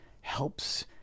helps